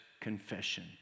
confession